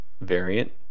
variant